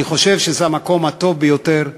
אני חושב שזה המקום הטוב ביותר,